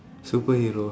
superhero